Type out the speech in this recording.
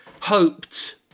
hoped